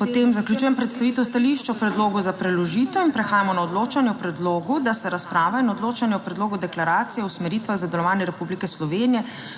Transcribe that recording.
Potem zaključujem predstavitev stališč o predlogu za preložitev in prehajamo na odločanje o predlogu, da se razprava in odločanje o predlogu deklaracije o usmeritvah za delovanje Republike Slovenije